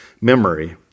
Memory